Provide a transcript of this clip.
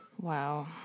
Wow